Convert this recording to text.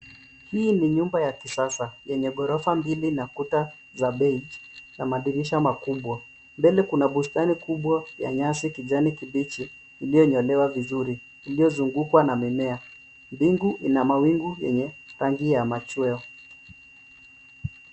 Hii ni nyumba ya kisasa yenye ghorofa mbili na kuta za beige na madirisha makubwa. Mbele kuna bustani kubwa ya nyasi kijani kibichi iliyonyolewa vizuri iliyozungukwa na mimea. Mbingu ina mawingu yenye rangi ya machweo.